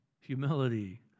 humility